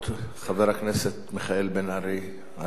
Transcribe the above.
חבר הכנסת בן-ארי הראשון,